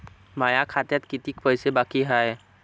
माया खात्यात कितीक पैसे बाकी हाय?